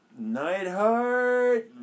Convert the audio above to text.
Nightheart